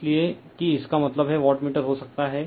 इसलिए कि इसका मतलब है वाटमीटर हो सकता है